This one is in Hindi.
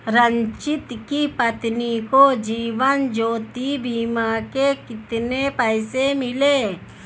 रंजित की पत्नी को जीवन ज्योति बीमा के कितने पैसे मिले?